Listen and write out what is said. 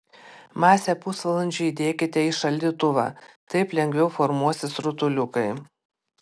masę pusvalandžiui įdėkite į šaldytuvą taip lengviau formuosis rutuliukai